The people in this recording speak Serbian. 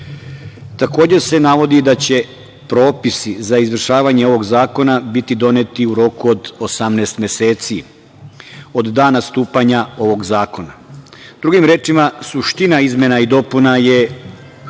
se navodi da će se propisi za izvršavanje ovog zakona biti doneti u roku od 18 meseci, od dana stupanja ovog zakona. Drugim rečima, suština izmena i dopuna je